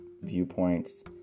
viewpoints